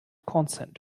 consent